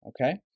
Okay